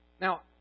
Now